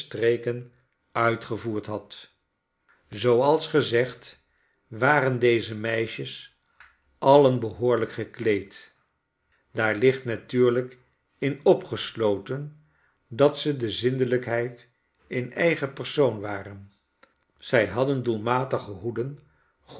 streken uitgevoerd had zooals gezegd waren deze meisjes alien behoorlijk gekleed daar ligt natuurlijk in opgesloten dat ze de zindelijkheid in eigen persoon waren zij hadden doelmatige hoeden